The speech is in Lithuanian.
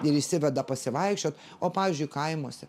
ir išsiveda pasivaikščiot o pavyzdžiui kaimuose